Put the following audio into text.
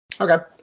Okay